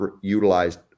utilized